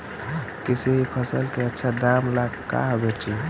किसी भी फसल के आछा दाम ला कहा बेची?